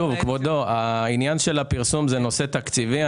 העניין של פרסום זה עניין תקציבי.